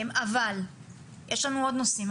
אבל יש לנו עוד נושאים.